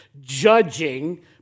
judging